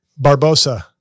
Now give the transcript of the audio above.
Barbosa